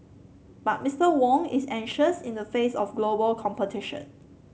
but Mister Wong is anxious in the face of global competition